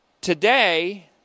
Today